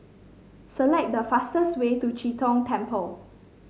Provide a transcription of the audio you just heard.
select the fastest way to Chee Tong Temple